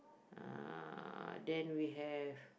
uh then we have